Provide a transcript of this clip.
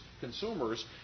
consumers